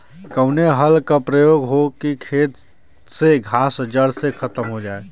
कवने हल क प्रयोग हो कि खेत से घास जड़ से खतम हो जाए?